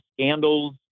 scandals